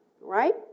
right